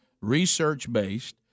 research-based